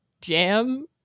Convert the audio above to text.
jam